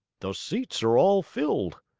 the seats are all filled,